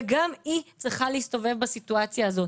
וגם היא צריכה להסתובב בסיטואציה הזאת.